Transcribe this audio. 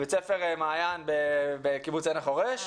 בית ספר 'מעיין שחר' בקיבוץ עין החורש,